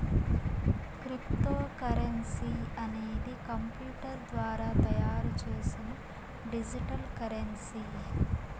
cryptocurrency అనేది computer ద్వారా తయారు చేసిన డిజిటల్ కరెన్సీ